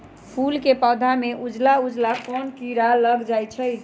फूल के पौधा में उजला उजला कोन किरा लग जई छइ?